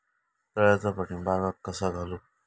तळ्याचा पाणी बागाक कसा घालू?